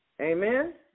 Amen